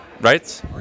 right